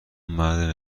مرد